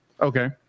okay